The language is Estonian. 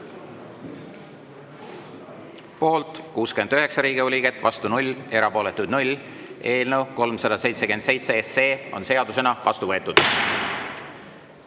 Poolt 69 Riigikogu liiget, vastu 0, erapooletuid 0. Eelnõu 377 on seadusena vastu võetud.